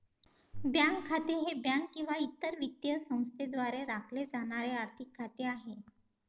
bank खाते हे bank किंवा इतर वित्तीय संस्थेद्वारे राखले जाणारे आर्थिक खाते आहे